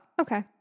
okay